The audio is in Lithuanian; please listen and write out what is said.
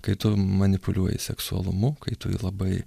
kai tu manipuliuoji seksualumu kai tu labai